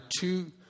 two